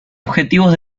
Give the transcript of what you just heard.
objetivos